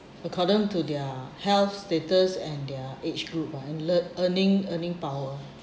according to their health status and their age group uh earning earning power